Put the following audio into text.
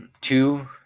two